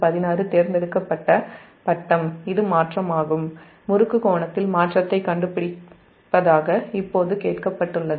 16 தேர்ந்தெடுக்கப்பட்ட டிகிரி இது மாற்றமாகும் முறுக்கு கோணத்தில் மாற்றத்தைக் கண்டுபிடிப்ப தாக இப்போது கேட்கப்பட்டுள்ளது